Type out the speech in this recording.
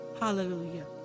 Hallelujah